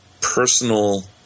personal